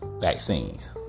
vaccines